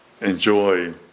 enjoy